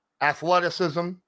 athleticism